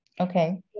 Okay